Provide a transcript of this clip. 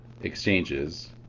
exchanges